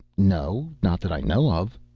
no, not that i know of.